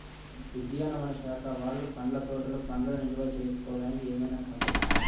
ఉద్యానవన శాఖ వాళ్ళు పండ్ల తోటలు పండ్లను నిల్వ చేసుకోవడానికి ఏమైనా సహకరిస్తారా?